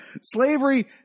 Slavery